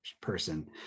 person